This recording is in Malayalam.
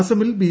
അസമിൽ ബി